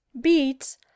beets